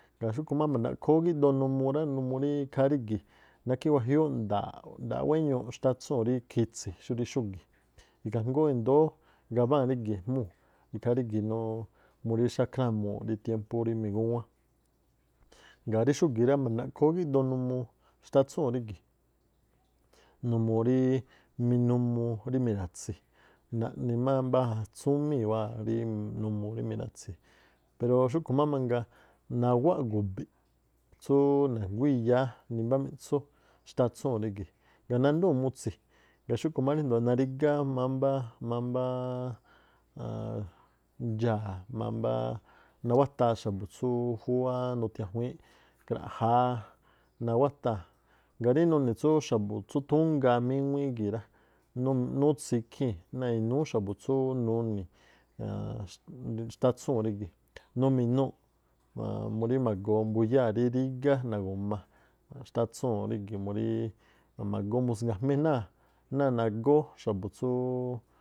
Ngaa̱ xúꞌkhu̱ má mba̱ndaꞌkhoo ú gíꞌdoo numuu rá, numuu rí ikhaa rígi̱ nákhi wajiúúꞌ nda̱a̱ꞌ-nda̱a̱ꞌ- wéñuuꞌ xtátsúu̱n rí khitsi̱ xúrí xúgi̱, ikhaa jngóó indóó gabáa̱n rígi̱ ejmúu̱, ikhaa rígi̱. murí xákhrámuu̱ꞌ rí tiémpú rí migúwán, ngaa̱ rí xúgi̱ rá ma̱ndaꞌkhoo ú gíꞌdoo numuu xtátsúu̱n rígi̱. Numuu rí minumuu rí mi̱ra̱tsi̱ naꞌni má mbá atsúmíi̱ wáa̱ rí mira̱tsi̱ pero xúꞌkhu̱ má mangaa nawáꞌ gu̱bi̱ꞌ tsú na̱nguá iyáá nimbá miꞌtsú xtátsúu̱n rígi̱ o̱ nandúu̱n mutsi̱. Ngaa̱ xúꞌkhu̱ má ríndo̱o narígá mámbá- mámbá- ndxaa̱, mámbá nawátaa xa̱bu̱ tsú júwá nuthiajuíínꞌ kra̱ꞌjáá nawátaa̱. Ngaa̱ rí nuni̱ xa̱bu̱ tsú thúngaa míŋuíí gii̱ rá, nutsi̱ ikhii̱n náa̱ inúú xa̱bu̱ tsú nuni̱ xtátsúu̱n rígi̱, numi̱nuu̱ꞌ murí ma̱goo mbuyáa̱ rí rígá nagu̱ma̱ xtátsúu̱n rígi̱ muríí ma̱goo musga̱jmii̱ náa̱ nagóó xa̱bu̱ tsúú.